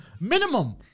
Minimum